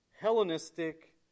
Hellenistic